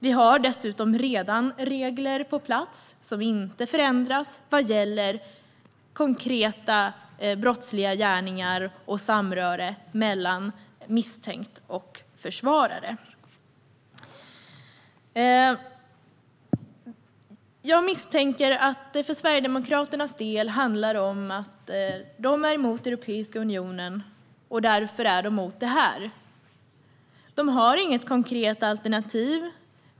Vi har dessutom redan regler på plats som inte förändras vad gäller konkreta brottsliga gärningar och samröre mellan misstänkt och försvarare. Jag misstänker att det för Sverigedemokraternas del handlar om att de är emot Europeiska unionen och därför emot detta. De har inget konkret alternativ.